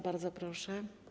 Bardzo proszę.